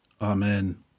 Amen